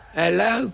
hello